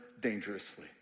dangerously